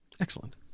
Excellent